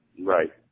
Right